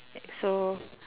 that so